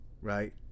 right